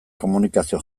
komunikazio